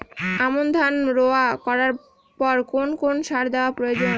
আমন ধান রোয়া করার পর কোন কোন সার দেওয়া প্রয়োজন?